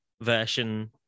version